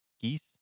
Geese